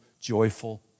joyful